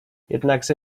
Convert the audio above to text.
jednakże